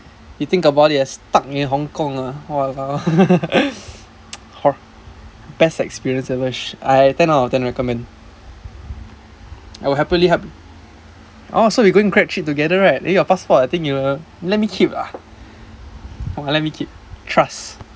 you think about it leh stuck in Hong-Kong ah !wah! hor best experience ever sh~ I ten out of ten recommend I would happily help orh so we going grad trip together right then your passport I think you uh let me keep ah let me keep trust